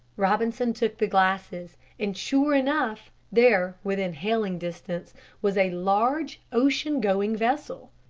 robinson took the glasses, and sure enough, there within hailing distance was a large ocean going vessel.